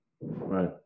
Right